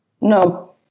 No